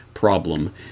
problem